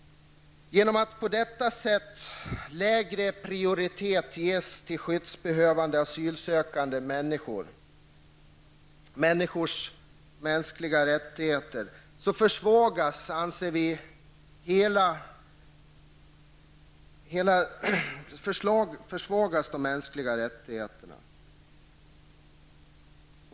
Genom att på detta sätt lägre prioritet ges åt skyddsbehövande asylsökande människor försvagas de mänskliga rättigheterna.